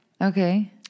Okay